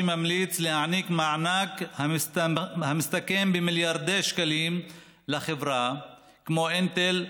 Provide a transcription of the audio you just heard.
שממליץ להעניק מענק המסתכם במיליארדי שקלים לחברה כמו אינטל,